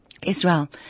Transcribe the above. Israel